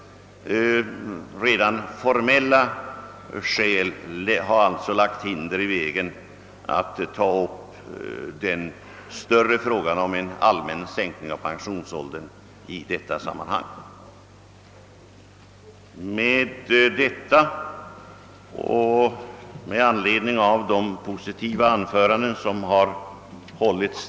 Redan formella skäl har alltså lagt hinder i vägen att i detta sammanhang ta upp det större spörsmålet om en allmän sänkning av pensionsåldern. De anföranden, som hittills hållits, har varit positiva till sitt innehåll.